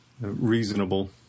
reasonable